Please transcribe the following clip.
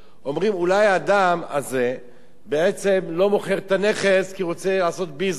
אומרים אולי האדם הזה בעצם לא מוכר את הנכס כי הוא רוצה לעשות ביזנס,